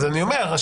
אז אני אומר,